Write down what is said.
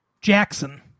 Jackson